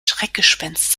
schreckgespenst